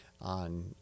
on